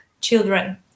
children